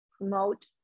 promote